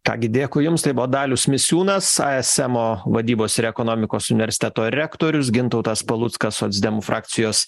ką gi dėkui jums tai buvo dalius misiūnas ismo vadybos ir ekonomikos universiteto rektorius gintautas paluckas socdemų frakcijos